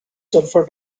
sulfur